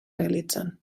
realitzen